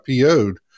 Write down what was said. PO'd